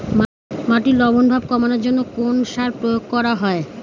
মাটির লবণ ভাব কমানোর জন্য কোন সার প্রয়োগ করা হয়?